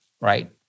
right